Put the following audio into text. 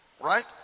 Right